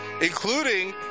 including